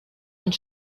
und